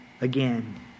again